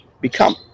become